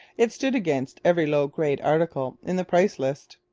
it stood against every low-grade article in the price-list.